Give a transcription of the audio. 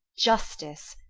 justice,